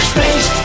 Space